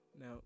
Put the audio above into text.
now